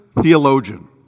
Theologian